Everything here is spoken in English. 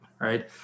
right